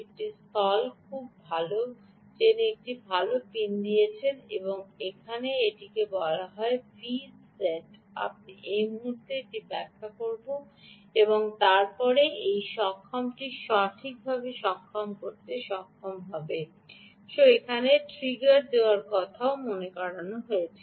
এটি স্থল খুব ভাল এখানে তিনি আরও পিন দিয়ে দিয়েছেন এটিকে বলা হয় Vset আমি এই মুহুর্তে এটি ব্যাখ্যা করব এবং তারপরে এই সক্ষমটি সঠিকভাবে সক্ষম করতে সক্ষম হবে সক্ষমটিও আপনাকে ট্রিগার Triggeredদেওয়া যেমন রয়েছে